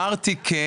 לא אמרתי.